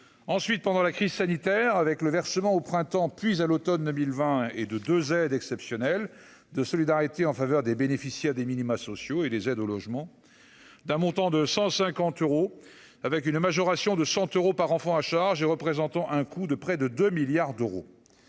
ensuite pendant la crise sanitaire, avec le versement au printemps, puis à l'Automne 2020 et de 2 aide exceptionnelle de solidarité en faveur des bénéficiaires des minima sociaux et les aides au logement d'un montant de 150 euros avec une majoration de 100 euros par enfant à charge et représentant un coût de près de 2 milliards d'euros,